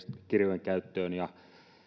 kirjojen käyttöön ja